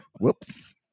whoops